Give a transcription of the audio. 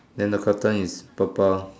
then the curtain is purple